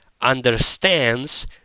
understands